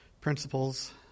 principles